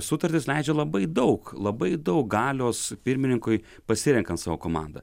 sutartys leidžia labai daug labai daug galios pirmininkui pasirenkant savo komandą